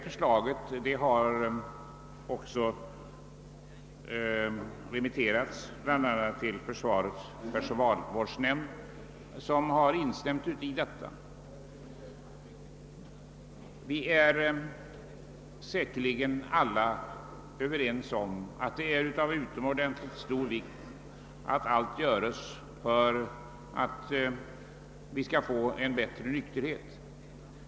Förslaget har remitterats till bl.a. försvarets personalvårdsnämnd, som instämt i det. Vi är säkerligen alla överens om att det är av utomordentligt stor vikt att allt görs för att skapa en bättre nykterhet.